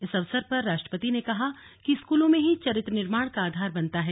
इस अवसर पर राष्ट्रपति ने कहा कि स्कूलों में ही चरित्र निर्माण का आधार बनता है